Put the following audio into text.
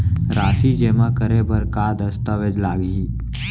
राशि जेमा करे बर का दस्तावेज लागही?